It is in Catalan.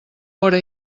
hora